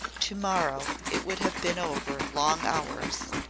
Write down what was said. to-morrow it would have been over long hours.